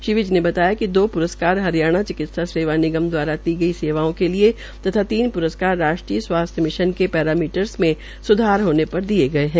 श्री विज ने बताया कि दो पुरस्कार हरियाणा चिकित्सा सेवा निगम द्वारा दी गई सेवाओं के लिए तथा तीन प्रस्कार राष्ट्रीय स्वास्थ्य मिशन के पैरामीटरर्स में सुधार होने पर दिये गये है